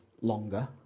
longer